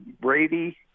Brady